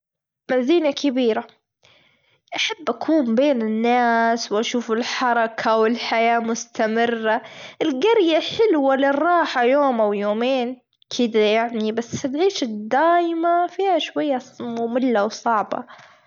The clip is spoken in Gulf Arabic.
مدينة كبيرة أحب أكون بين الناس، وأشوف الحركة، والحياة مستمرة، الجرية حلوة لراحة يوم أو يومين كدا يعني بس العيش الدايمة فيها شوي فيها شوي مملة وصعبة.